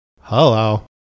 Hello